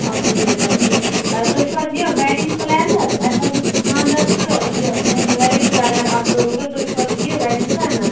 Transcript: الحمدُ الِلہ ٹھیٖک تُہۍ چھُو حظ یہِ ویٚڈنٛگ پلینر اسہِ حظ اوس خانٛدر تہٕ یہِ مےٚ اوس ویٚڈنٛگ پلینر اَکھ ضُروٗرَت تُہۍ چھُو حظ یہِ ویٚڈنٛگ پلینر